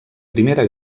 primera